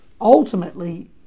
Ultimately